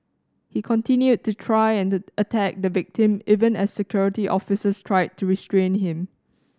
he continued to try and the attack the victim even as Security Officers tried to restrain him